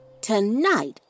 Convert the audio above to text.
Tonight